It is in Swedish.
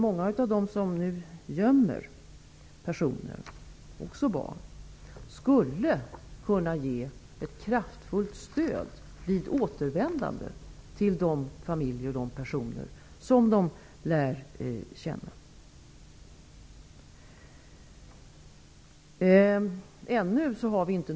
Många av dem som nu gömmer personer, också barn, skulle kunna ge ett kraftfullt stöd till de familjer och de personer som de lär känna vid återvändandet.